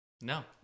No